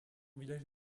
village